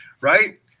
right